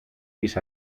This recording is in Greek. τις